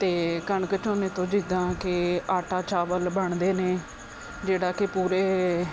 ਅਤੇ ਕਣਕ ਝੋਨੇ ਤੋਂ ਜਿੱਦਾਂ ਕਿ ਆਟਾ ਚਾਵਲ ਬਣਦੇ ਨੇ ਜਿਹੜਾ ਕਿ ਪੂਰੇ